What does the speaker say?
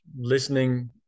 Listening